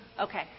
Okay